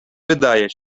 wydaje